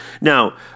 Now